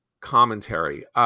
commentary